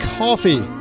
coffee